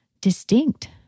distinct